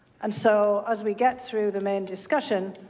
and so, as we get through the main discussion,